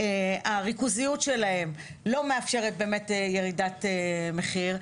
שהריכוזיות שלהם לא מאפשרת באמת ירידת מחיר.